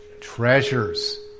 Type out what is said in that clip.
treasures